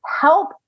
help